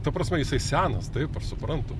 ta prasme jisai senas taip aš suprantu